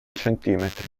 centimetri